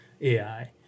AI